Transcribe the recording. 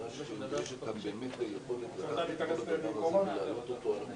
נדרשת כאן באמת היכולת לנסות ולהעלות אותו על המסילה,